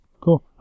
Cool